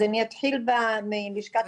אז אני אתחיל בלשכת עורכי הדין.